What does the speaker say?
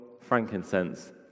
frankincense